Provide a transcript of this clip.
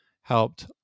helped